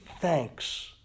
thanks